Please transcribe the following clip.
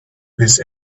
with